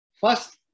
First